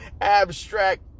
abstract